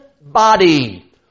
body